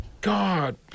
God